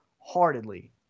heartedly